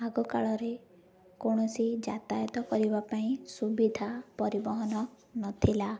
ଆଗକାଳରେ କୌଣସି ଯାତାୟତ କରିବା ପାଇଁ ସୁବିଧା ପରିବହନ ନଥିଲା